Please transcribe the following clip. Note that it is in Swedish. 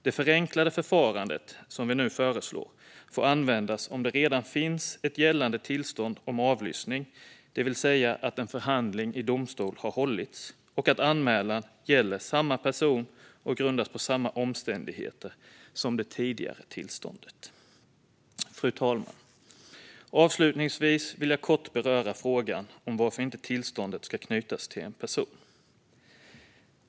Det förenklade förfarande som vi nu föreslår får användas om det redan finns ett gällande tillstånd för avlyssning, det vill säga om en förhandling i domstol har hållits, och om anmälan gäller samma person och grundas på samma omständigheter som det tidigare tillståndet. Fru talman! Avslutningsvis vill jag kort beröra frågan varför tillståndet inte ska knytas till en person.